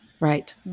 Right